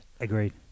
Agreed